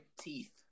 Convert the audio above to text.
teeth